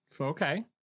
Okay